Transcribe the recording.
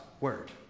Word